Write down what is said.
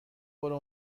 برو